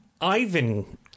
Ivan